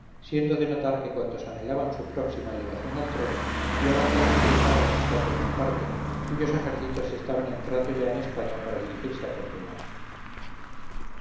siendo de notar que cuantos anhelaban su próxima elevación al trono fiaban tal empresa a la amistad de bonaparte cuyos ejércitos estaban entrando ya en españa para dirigirse a portugal